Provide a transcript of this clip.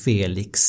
Felix